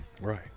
Right